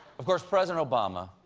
of course, president obama,